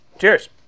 Cheers